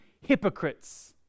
hypocrites